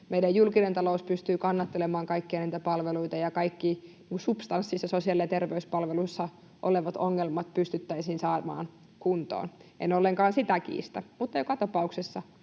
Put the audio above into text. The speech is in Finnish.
meidän julkinen talous pystyy kannattelemaan kaikkia niitä palveluita ja kaikki substanssissa sosiaali- ja terveyspalveluissa olevat ongelmat pystyttäisiin saamaan kuntoon, en ollenkaan sitä kiistä, mutta joka tapauksessa